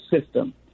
system